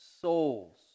souls